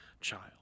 child